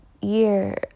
year